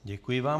Děkuji vám.